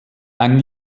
ein